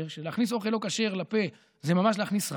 ושלהכניס אוכל לא כשר לפה זה ממש להכניס רעל,